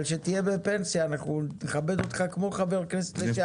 אבל כשתהיה בפנסיה אנחנו נכבד אותך כמו חבר כנסת לשעבר.